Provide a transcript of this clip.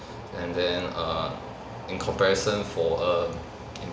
and then err in comparison for a in